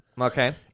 Okay